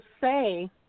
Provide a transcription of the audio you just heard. say